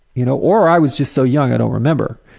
you know or i was just so young i don't remember.